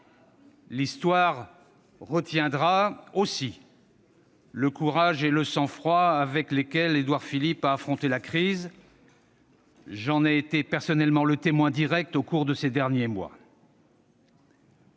L'histoire retiendra aussi le courage et le sang-froid avec lesquels Édouard Philippe a affronté la crise ; j'en ai été le témoin direct au cours des derniers mois.